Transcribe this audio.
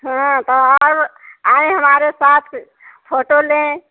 हाँ त अब आयें हमारे साथ फोटो लें